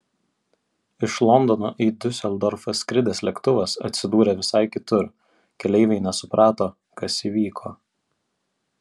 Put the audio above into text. iš londono į diuseldorfą skridęs lėktuvas atsidūrė visai kitur keleiviai nesuprato kas įvyko